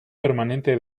permanente